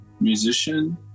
musician